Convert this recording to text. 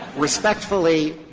respectfully,